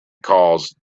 caused